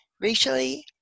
racially